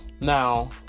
Now